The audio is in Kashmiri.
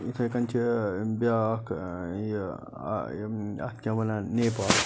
یِتھَے کٔنۍ چھِ بیٛاکھ یہِ اَتھ کیٛاہ وَنان نیپال